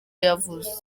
yavutse